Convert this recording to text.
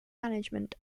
management